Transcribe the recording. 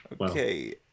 Okay